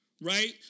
right